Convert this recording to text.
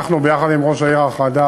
ביחד עם ראש העיר החדש,